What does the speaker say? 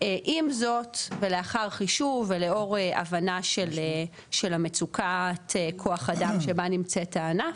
עם זאת ולאחר חישוב ולאור הבנה של מצוקת כוח אדם שבה נמצא הענף,